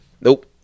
Nope